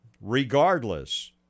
regardless